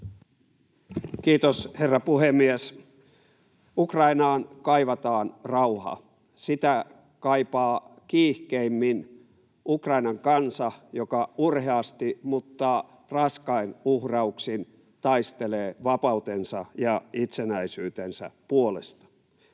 Kiitos, herra puhemies! Ukrainaan kaivataan rauhaa. Sitä kaipaa kiihkeimmin Ukrainan kansa, joka urheasti mutta raskain uhrauksin taistelee vapautensa ja itsenäisyytensä puolesta.